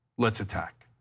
let's attack